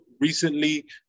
recently